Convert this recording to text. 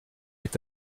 est